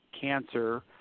cancer